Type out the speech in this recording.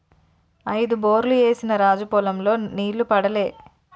ఐదు బోర్లు ఏసిన రాజు పొలం లో నీళ్లు పడలే